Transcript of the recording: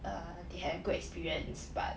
err they have good experience but